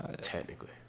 technically